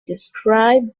described